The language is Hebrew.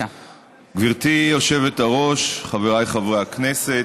גברתי היושבת-ראש, חבריי חברי הכנסת,